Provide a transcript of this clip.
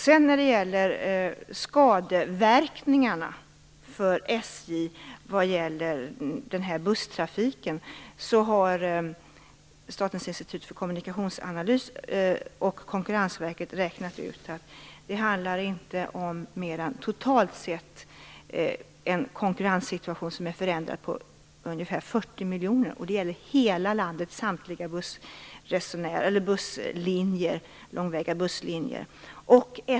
Konkurrensverket har räknat ut skadeverkningarna för SJ vad gäller busstrafiken. Förändringarna i konkurrenssituationen handlar inte om mer än totalt sett ungefär 40 miljoner. Det gäller hela landets samtliga långväga busslinjer.